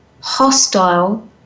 hostile